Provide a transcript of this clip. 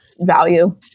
value